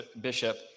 bishop